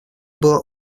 была